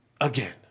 again